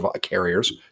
carriers